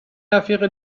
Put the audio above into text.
رفیق